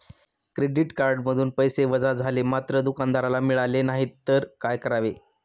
Credit कार्डमधून पैसे वजा झाले मात्र दुकानदाराला मिळाले नाहीत तर काय करावे?